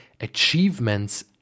achievements